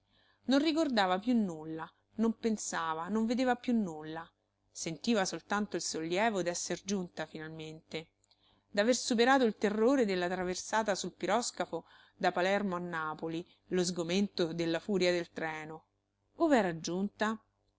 non ricordava più nulla non pensava non vedeva più nulla sentiva soltanto il sollievo d'esser giunta finalmente d'aver superato il terrore della traversata sul piroscafo da palermo a napoli lo sgomento della furia del treno